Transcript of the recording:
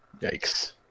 yikes